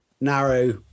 narrow